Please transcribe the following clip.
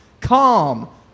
calm